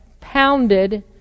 pounded